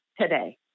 today